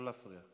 שששש, לא להפריע.